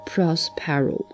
Prospero